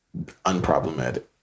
unproblematic